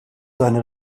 seine